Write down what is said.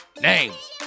Names